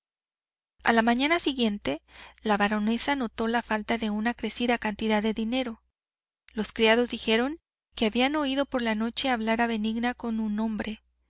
a la mañana siguiente la baronesa notó la falta de una crecida cantidad de dinero los criados dijeron que habían oído por la noche hablar a benigna con un hombre